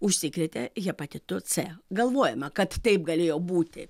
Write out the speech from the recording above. užsikrėtė hepatitu c galvojama kad taip galėjo būti